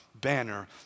banner